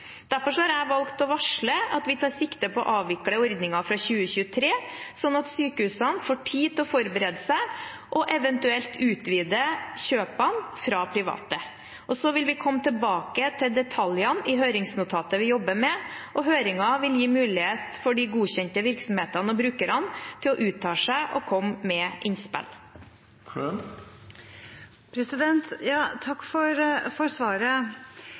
Derfor har jeg valgt å varsle at vi tar sikte på å avvikle ordningen fra 2023, slik at sykehusene får tid til å forberede seg og eventuelt utvide kjøpene fra private. Vi vil komme tilbake til detaljene i høringsnotatet vi jobber med. Høringen vil gi mulighet for de godkjente virksomhetene og brukerne til å uttale seg og komme med innspill. Takk for svaret. Når det gjelder realitetene for